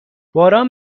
باران